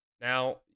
now